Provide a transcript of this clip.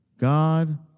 God